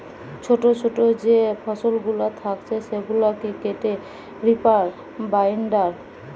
ছোটো ছোটো যে ফসলগুলা থাকছে সেগুলাকে কাটে রিপার বাইন্ডার